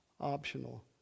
optional